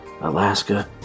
Alaska